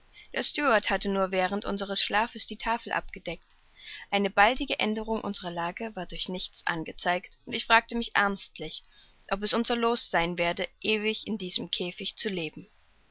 steward hatte nur während unsers schlafes die tafel abgedeckt eine baldige aenderung unserer lage war durch nichts angezeigt und ich fragte mich ernstlich ob es unser loos sein werde ewig in diesem käfig zu leben